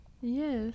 Yes